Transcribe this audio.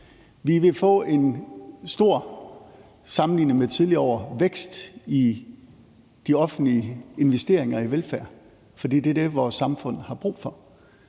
Vi vil få en stor – sammenlignet med tidligere år – vækst i de offentlige investeringer i velfærd, for det er det, vores samfund har brug for.